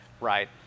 Right